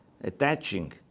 attaching